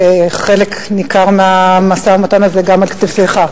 שחלק ניכר מהמשא-ומתן הזה גם על כתפיך,